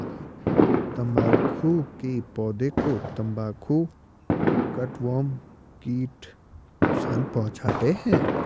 तंबाकू के पौधे को तंबाकू कटवर्म कीट नुकसान पहुंचाते हैं